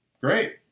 great